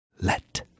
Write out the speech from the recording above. Let